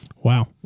Wow